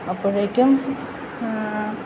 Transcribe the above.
അപ്പോഴേക്കും